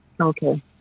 okay